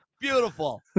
Beautiful